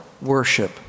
worship